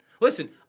Listen